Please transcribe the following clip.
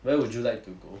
where would you like to go